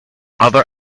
other